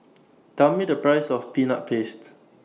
Tell Me The Price of Peanut Paste